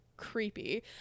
creepy